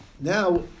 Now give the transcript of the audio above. now